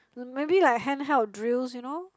may maybe like handheld drills you know